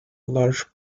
large